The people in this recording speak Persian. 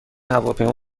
هواپیما